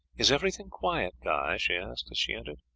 is everything quiet, guy? she as she entered,